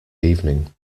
evening